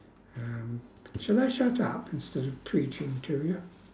um should I shut up instead of preaching to you